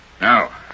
Now